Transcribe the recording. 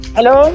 Hello